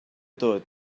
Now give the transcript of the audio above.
tot